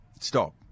stop